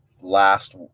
last